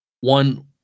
one